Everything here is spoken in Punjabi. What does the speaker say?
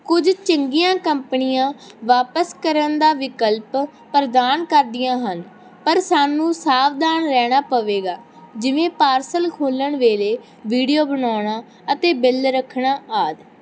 ਕੁਝ ਚੰਗੀਆਂ ਕੰਪਨੀਆਂ ਵਾਪਸ ਕਰਨ ਦਾ ਵਿਕਲਪ ਪ੍ਰਦਾਨ ਕਰਦੀਆਂ ਹਨ ਪਰ ਸਾਨੂੰ ਸਾਵਧਾਨ ਰਹਿਣਾ ਪਵੇਗਾ ਜਿਵੇਂ ਪਾਰਸਲ ਖੋਲ੍ਹਣ ਵੇਲੇ ਵੀਡੀਓ ਬਣਾਉਣਾ ਅਤੇ ਬਿੱਲ ਰੱਖਣਾ ਆਦਿ